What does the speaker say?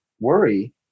worry